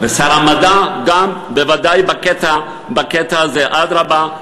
גם שר המדע, בוודאי בקטע הזה, אדרבה.